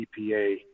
EPA